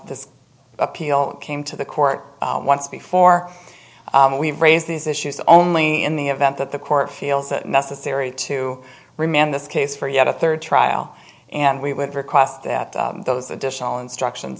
this appeal came to the court once before we've raised these issues only in the event that the court feels it necessary to remand this case for yet a third trial and we would request that those additional instruction